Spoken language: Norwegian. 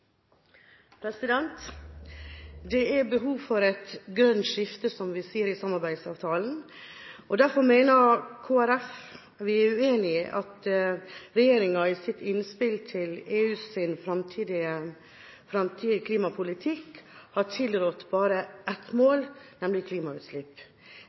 behov for et grønt skifte, som vi sier i samarbeidsavtalen. Derfor er Kristelig Folkeparti uenig når regjeringa i sitt innspill til EUs fremtidige klimapolitikk har tilrådd bare ett